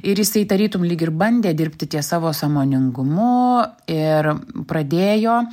ir jisai tarytum lyg ir bandė dirbti ties savo sąmoningumu ir pradėjo